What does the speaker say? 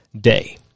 day